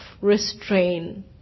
restrain